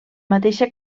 mateixa